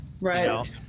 right